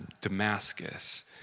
Damascus